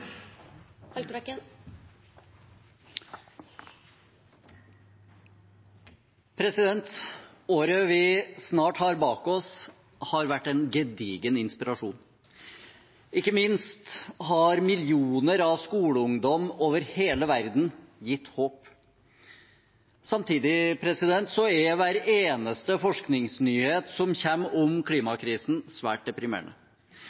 omme. Året vi snart har bak oss, har vært en gedigen inspirasjon. Ikke minst har millioner av skoleungdom over hele verden gitt håp. Samtidig er hver eneste forskningsnyhet som kommer om